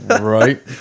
right